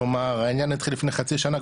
כלומר העניין התחיל לפני חצי שנה,